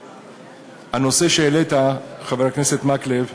הנושא שהעלית, חבר הכנסת מקלב,